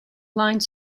line